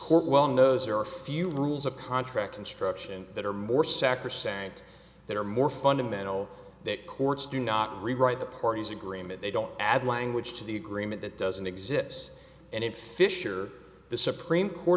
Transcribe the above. court well knows there are a few rules of contract construction that are more sacrosanct that are more fundamental that courts do not rewrite the party's agreement they don't add language to the agreement that doesn't exist and it's fisher the supreme court